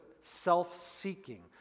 Self-seeking